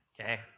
okay